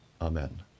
Amen